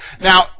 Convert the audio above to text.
Now